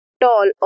tall